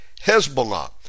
Hezbollah